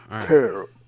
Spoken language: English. Terrible